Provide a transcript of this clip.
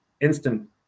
instant